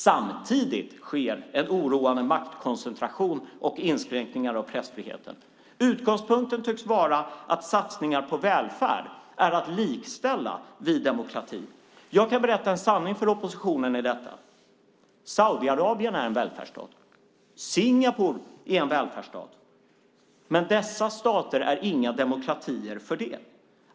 Samtidigt sker en oroande maktkoncentration och inskränkningar av pressfriheten. Utgångspunkten tycks vara att satsningar på välfärd är att likställa med demokrati. Jag kan berätta en sanning för oppositionen när det gäller detta. Saudiarabien är en välfärdsstat. Singapore är en välfärdsstat. Men dessa stater är inga demokratier för det.